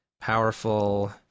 powerful